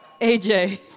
AJ